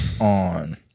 on